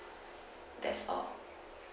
that's all